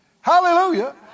Hallelujah